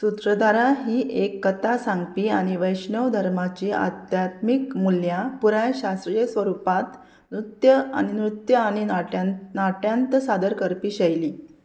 सूत्रदारा ही एक कथा सांगपी आनी वैष्णव धर्माची आध्यात्मीक मूल्यां पुराय शास्त्रीय स्वरुपांत नृत्य आनी नृत्य आनी नाट्यां नाट्यांत सादर करपी शैली